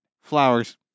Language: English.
Flowers